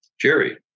Jerry